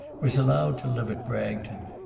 was allowed to live at bragton.